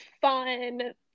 fun